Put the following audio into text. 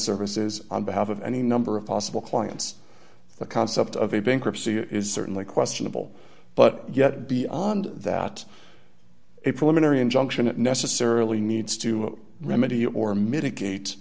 services on behalf of any number of possible clients the concept of a bankruptcy is certainly questionable but yet beyond that a preliminary injunction it necessarily needs to remedy or mitigate